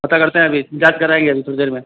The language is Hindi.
पता करते हैं अभी जाँच कराएंगे अभी थोड़ी देर में